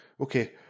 Okay